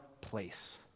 place